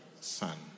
son